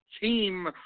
team